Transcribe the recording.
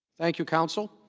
thank you, counsel.